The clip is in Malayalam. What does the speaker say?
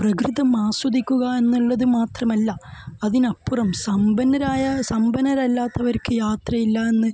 പ്രകൃതം ആസ്വദിക്കുക എന്നുള്ളതു മാത്രമല്ല അതിനപ്പുറം സമ്പന്നരായ സമ്പന്നരല്ലാത്തവർക്ക് യാത്രയില്ലയെന്നു